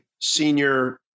senior